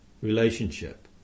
relationship